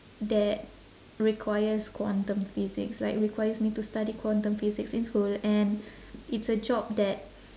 that requires quantum physics like requires me to study quantum physics in school and it's a job that